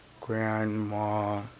grandma